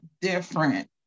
different